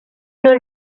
not